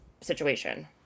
situation